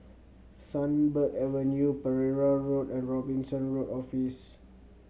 Sunbird Avenue Pereira Road and Robinson Road Office